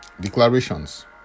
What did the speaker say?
Declarations